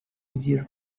easier